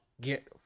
get